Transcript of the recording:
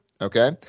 Okay